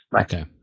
Okay